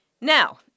Now